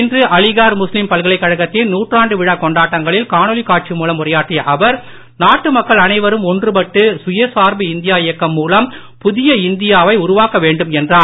இன்று அலிகார் முஸ்லீம் பல்கலைக் கழகத்தின் நூற்றாண்டு விழா கொண்டாட்டங்களில் காணொளி காட்சி மூலம் உரையாற்றிய அவர் நாட்டு மக்கள் அனைவரும் ஒன்று பட்டு சுயசார்பு இந்தியா இயக்கம் மூலம் புதிய இந்தியாவை உருவாக்க வேண்டும் என்றார்